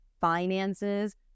finances